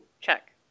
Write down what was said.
Check